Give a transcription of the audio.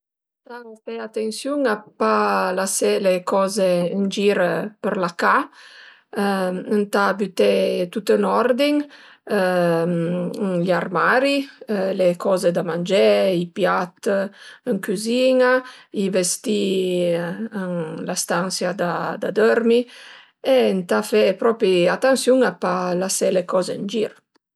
Ëntà fe atansiun a pa lasé le coze ën gir për la ca, ëntà büté tüt ën ordin ën gl'armari, le coze da mangé, i piat ën cüzin-a, i vestì ën la stansia da dörmi, ëntà fe propi atansiun a pa lasé le coze ën gir